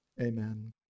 Amen